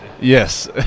Yes